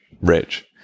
rich